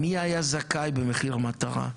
מי היה זכאי במחיר מטרה?